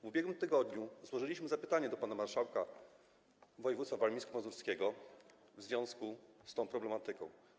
W ubiegłym tygodniu złożyliśmy zapytanie do pana marszałka województwa warmińsko-mazurskiego w związku z tą problematyką.